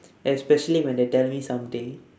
especially when they tell me something